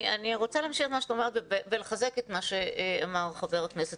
אני רוצה להמשיך את הדברים ולחזק את מה שאמר חבר הכנסת